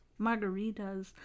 Margaritas